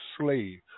Slave